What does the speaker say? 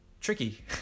Tricky